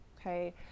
okay